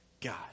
God